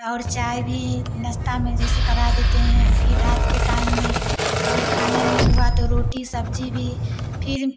और चाय भी नस्ता में जैसे करा देते हैं फिर रात के टाइम में अगर खाने में हुआ तो रोटी सब्जी भी फिर